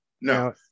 No